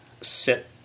sit